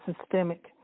systemic